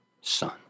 son